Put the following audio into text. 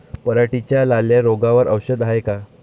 पराटीच्या लाल्या रोगावर औषध हाये का?